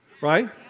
Right